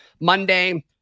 Monday